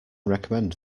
recommend